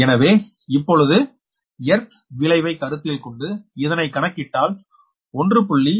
எனவே இப்பொழுது எர்த் விளைவை கருத்தில் கொண்டு இதனை கணக்கிட்டால் 1